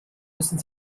müssen